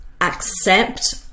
accept